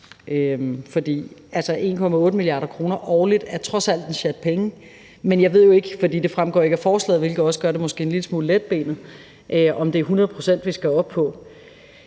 1,8 mia. kr. årligt er trods alt en sjat penge, men jeg ved det jo ikke, for det fremgår ikke af forslaget, hvilket måske også gør det en lille smule letbenet, altså om det er 100 pct., vi skal op på.